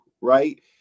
right